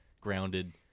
grounded